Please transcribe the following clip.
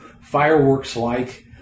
fireworks-like